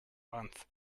month